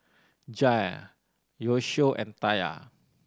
Jair Yoshio and Taya